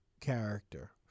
character